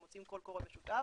מוציאים קול קורא משותף